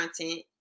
content